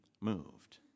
moved